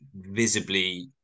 visibly